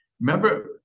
Remember